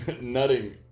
Nutting